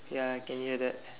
ya I can hear that